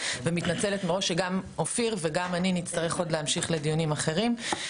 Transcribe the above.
מתנצלת מראש שגם אופיר וגם אני נצטרך להמשיך לדיונים אחרים בהמשך.